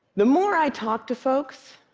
the more i talked to folks,